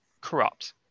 corrupt